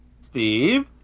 Steve